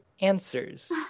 Answers